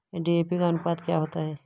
DAP का अनुपात क्या होता है?